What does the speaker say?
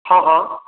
हँ हँ